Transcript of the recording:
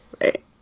Right